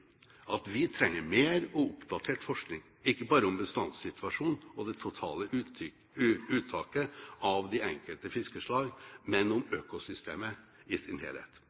at vi trenger mer og oppdatert forskning, ikke bare om bestandssituasjonen og det totale uttaket av de enkelte fiskeslag, men om økosystemet i sin helhet.